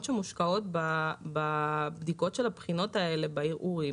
שמושקעות בבדיקות של הבחינות האלה בערעורים